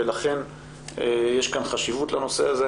לכן יש חשיבות לנושא הזה.